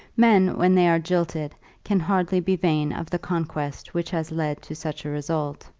men when they are jilted can hardly be vain of the conquest which has led to such a result.